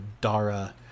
Dara